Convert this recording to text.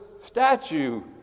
statue